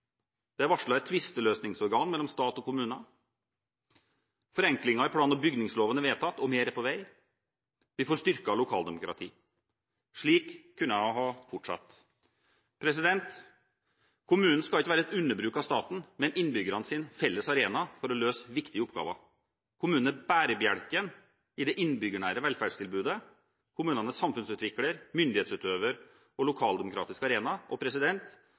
Det er varslet et tvisteløsningsorgan mellom stat og kommuner. Forenklinger i plan- og bygningsloven er vedtatt, og mer er på vei. Vi får styrket lokaldemokrati. Slik kunne jeg ha fortsatt. Kommunen skal ikke være et underbruk av staten, men innbyggernes felles arena for å løse viktige oppgaver. Kommunen er bærebjelken i det innbyggernære velferdstilbudet. Kommunen er samfunnsutvikler, myndighetsutøver og lokaldemokratisk arena. I denne innstillingen viser vi at vi har en regjering og